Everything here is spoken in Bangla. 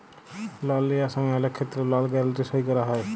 লল লিয়ার সময় অলেক ক্ষেত্রে লল গ্যারাল্টি সই ক্যরা হ্যয়